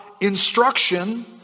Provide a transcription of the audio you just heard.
instruction